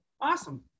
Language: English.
awesome